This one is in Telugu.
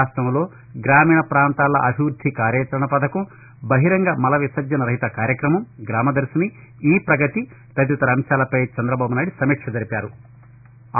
రాష్టంలో గ్రామీణ ప్రాంతాల అభివృద్ది కార్యాచరణ పధకం బహిరంగ మల విసర్జన రహిత కార్యక్రమం గ్రామదర్శిని ఈ ప్రగతి తదితర అంశాలపై చంద్రబాబు నాయుడు సమీక్ష జరిపారు